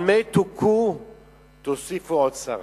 על מה תוכו תוסיפו עוד צרה.